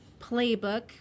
playbook